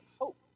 hope